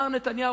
מר נתניהו,